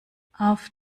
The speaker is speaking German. auf